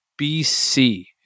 BC